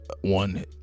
one